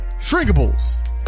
Shrinkables